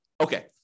Okay